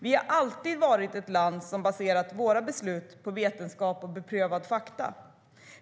Vi har alltid varit ett land som har baserat våra beslut på vetenskap och beprövade fakta.